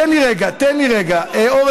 תן לי רגע, תן לי רגע, אורן.